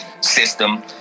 system